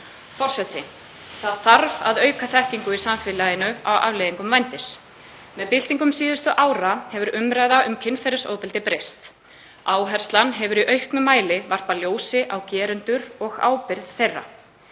Forseti. Það þarf að auka þekkingu í samfélaginu á afleiðingum vændis. Með byltingum síðustu ára hefur umræða um kynferðisofbeldi breyst. Áherslan hefur í auknum mæli varpað ljósi á gerendur og ábyrgð þeirra.